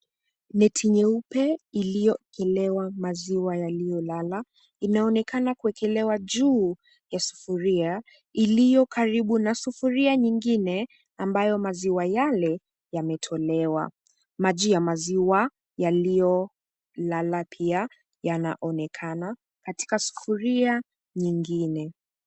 Neti nyeupe iliyowekelewa maziwa yaliyolala inaonekana kuwekelewa juu ya sufuria iliyo karibu na sufuria nyingine ambayo maziwa yale yametolewa. Maji ya maziwa yaliyolala pia yanaonekana katika sufuria nyingine.